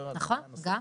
נכון, גם.